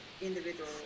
individual